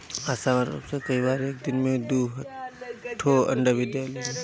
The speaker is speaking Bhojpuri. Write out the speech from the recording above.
असामान्य रूप में कई बार एक दिन में दू ठो अंडा भी देलिन